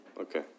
Okay